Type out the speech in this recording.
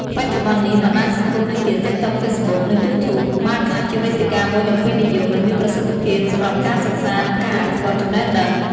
បច្ចុប្បន្ននេះ បណ្ដាញសង្គមដូចជា តិកតុក, ហ្វេសបុក, និង យូធូប បានក្លាយជាវេទិកាមួយដ៏ពេញនិយម និងមានប្រសិទ្ធភាពសម្រាប់ការសិក្សា និងការអភិវឌ្ឍចំណេះដឹង។